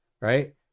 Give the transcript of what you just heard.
Right